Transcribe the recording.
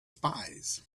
spies